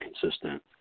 consistent